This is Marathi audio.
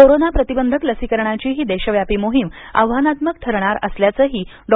कोरोना प्रतिबंधक लसीकरणाची ही देशव्यापी मोहीम आव्हानात्मक ठरणार असल्याचंही डॉ